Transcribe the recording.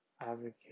advocate